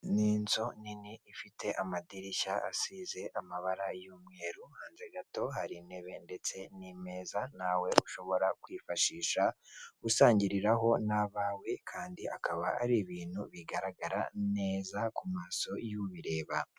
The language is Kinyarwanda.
Ni inzu nini ifite amadirishya asize amabara y'umweru hanze gato hari intebe ndetse n'imeza, nawe ushobora kwifashisha usangiriraho n'abawe kandi akaba ari ibintu bigaragara neza kumaso y'ubireba.